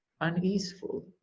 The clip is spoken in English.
uneaseful